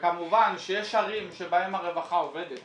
וכמובן שיש ערים שבהן הרווחה עובדת